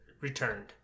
returned